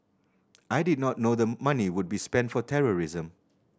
I did not know the money would be spent for terrorism